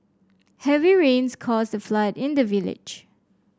heavy rains caused a flood in the village